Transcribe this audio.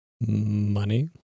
Money